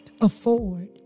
afford